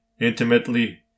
intimately